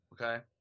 Okay